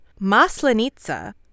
Maslenitsa